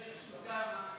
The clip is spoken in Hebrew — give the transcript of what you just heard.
בדרך של אוסאמה,